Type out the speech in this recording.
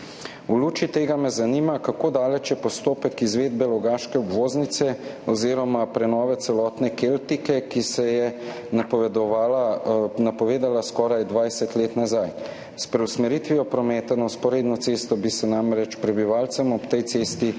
V luči tega me zanima: Kako daleč je postopek izvedbe logaške obvoznice oziroma prenove celotne Keltike, ki se je napovedala skoraj 20 let nazaj? S preusmeritvijo prometa na vzporedno cesto bi se namreč prebivalcem ob tej cesti